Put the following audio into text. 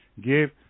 Give